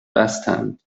بستند